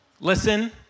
listen